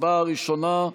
ההצבעה הראשונה,